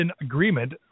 Agreement